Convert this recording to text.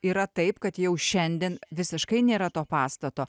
yra taip kad jau šiandien visiškai nėra to pastato